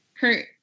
Kurt